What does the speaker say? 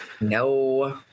No